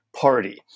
party